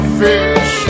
fish